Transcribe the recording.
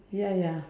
ya ya